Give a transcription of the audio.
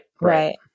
Right